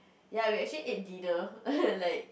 ya we actually ate dinner like